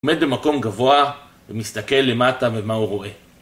עומד במקום גבוה ומסתכל למטה ומה הוא רואה